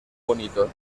bonito